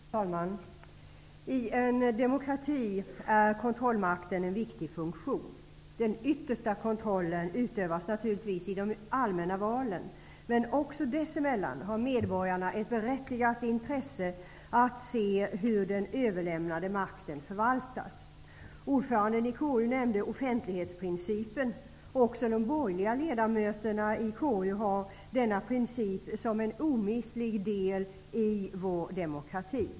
Fru talman! I en demokrati är kontrollmakten en viktig funktion. Den yttersta kontrollen utövas naturligtvis i de allmänna valen, men också dessemellan har medborgarna ett berättigat intresse av att se hur den överlämnade makten förvaltas. Även de borgerliga ledamöterna i KU har denna princip som en omistlig del i vår demokrati.